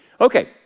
Okay